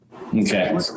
Okay